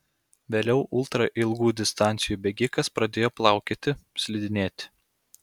vėliau ultra ilgų distancijų bėgikas pradėjo plaukioti slidinėti